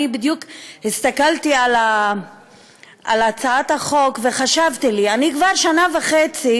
בדיוק הסתכלתי על הצעת החוק וחשבתי לי: אני כבר שנה וחצי